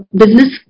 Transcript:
business